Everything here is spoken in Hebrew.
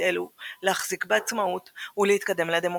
אלו להחזיק בעצמאות ולהתקדם לדמוקרטיה.